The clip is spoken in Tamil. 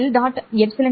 V